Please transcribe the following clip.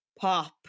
pop